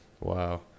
wow